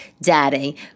daddy